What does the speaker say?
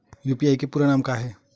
UPI के पूरा नाम का ये?